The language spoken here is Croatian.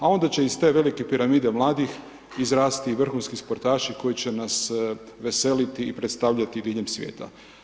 A onda će iz te velike piramide mladih izrasti i vrhunski sportaši koji će nas veseliti i predstavljati diljem svijeta.